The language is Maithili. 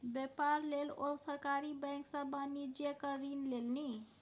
बेपार लेल ओ सरकारी बैंक सँ वाणिज्यिक ऋण लेलनि